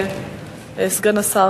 סגן השר,